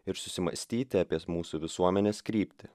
ir susimąstyti apie mūsų visuomenės kryptį